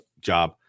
job